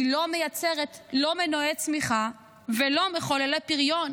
היא לא מייצרת לא מנועי צמיחה ולא מחוללי פריון.